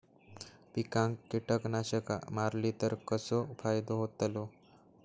पिकांक कीटकनाशका मारली तर कसो फायदो होतलो?